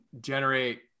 generate